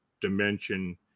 dimension